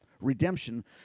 Redemption